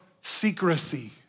secrecy